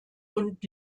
und